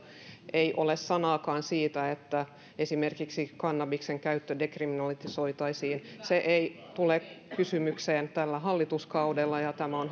ei ole sanaakaan siitä että esimerkiksi kannabiksen käyttö dekriminalisoitaisiin se ei tule kysymykseen tällä hallituskaudella ja tämä on